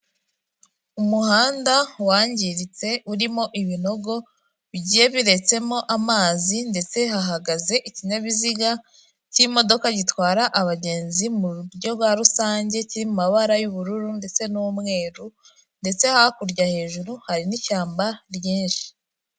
Umuhanda wangiritse urimo ibinogo bigiye biretsemo amazi ndetse hahagaze ikinyabiziga cy'imodoka gitwara abagenzi mu buryo bwa rusange kiri mu mabara y'ubururu ndetse n'umweru ndetse hakurya hejuru hari n'ishyamba ryinshi.